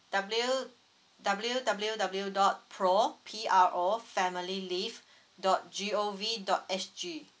W W W W dot pro P R O family leave dot G O V dot S G